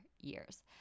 years